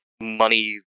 money